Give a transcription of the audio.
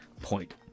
point